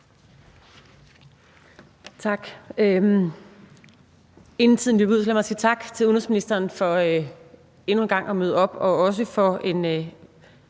mig, inden tiden løber ud, sige tak til udenrigsministeren for endnu en gang at møde op og også for en